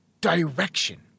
direction